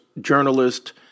journalist